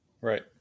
Right